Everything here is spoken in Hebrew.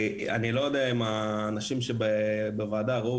אני לא יודע אם האנשים שבוועדה ראו,